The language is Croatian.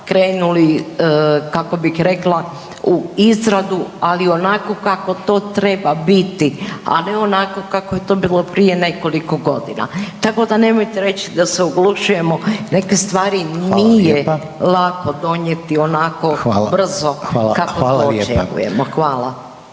krenuli kako bih rekla u izradu, ali onako kako to treba biti, a ne onako kako je to bilo prije nekoliko godina. Tako da nemojte reći da se oglušujemo neke stvari nije lako …/Upadica Reiner: Hvala